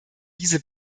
diese